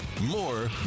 More